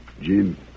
Jim